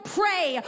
pray